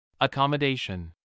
Accommodation